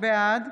בעד